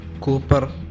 Cooper